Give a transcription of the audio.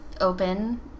open